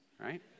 Right